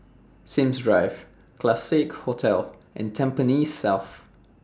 Sims Drive Classique Hotel and Tampines South